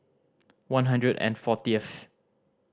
one hundred and fortieth